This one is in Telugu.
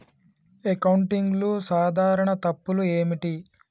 అకౌంటింగ్లో సాధారణ తప్పులు ఏమిటి?